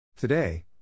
Today